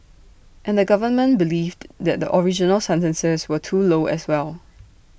and the government believed that the original sentences were too low as well